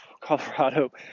Colorado